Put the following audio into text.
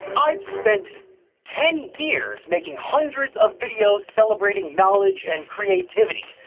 i've spent ten years making hundreds of videos celebrating knowledge and creativity.